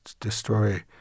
destroy